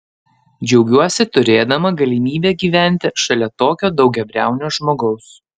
džiaugiuosi turėdama galimybę gyventi šalia tokio daugiabriaunio žmogaus